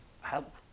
help